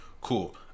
cool